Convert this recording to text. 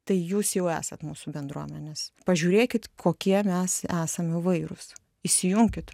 tai jūs jau esat mūsų bendruomenės pažiūrėkit kokie mes esam įvairūs įsijunkit